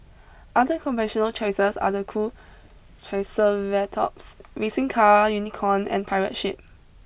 other conventional choices are the cool triceratops racing car unicorn and pirate ship